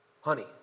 honey